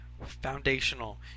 foundational